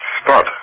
Spot